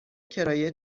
کرایه